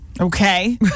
Okay